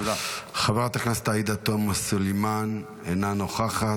חברת הכנסת עאידה תומא סלימאן, אינה נוכחת.